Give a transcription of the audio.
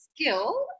skill